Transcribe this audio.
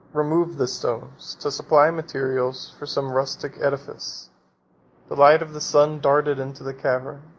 removed the stones to supply materials for some rustic edifice the light of the sun darted into the cavern,